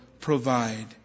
provide